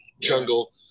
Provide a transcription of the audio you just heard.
jungle